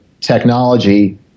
technology